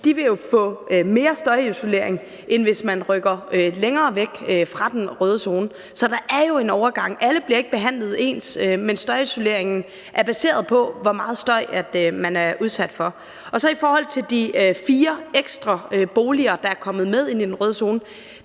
vil få mere støjisolering, end hvis man rykker længere væk fra den røde zone. Så der er jo en overgang. Alle bliver ikke behandlet ens, men støjisoleringen er baseret på, hvor meget støj man er udsat for. I forhold til de fire ekstra boliger, der er kommet med ind i den røde zone,